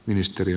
ministeri